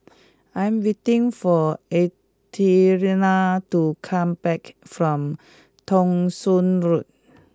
I am waiting for Athena to come back from Thong Soon Road